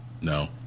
No